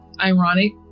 ironic